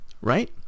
right